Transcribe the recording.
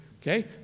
Okay